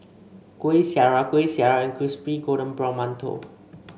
Kuih Syara Kuih Syara and Crispy Golden Brown Mantou